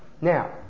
Now